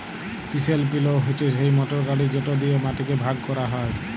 chisel পিলও হছে সেই মটর গাড়ি যেট দিঁয়ে মাটিকে ভাগ ক্যরা হ্যয়